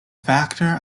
factor